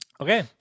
Okay